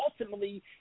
ultimately